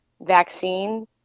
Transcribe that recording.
vaccine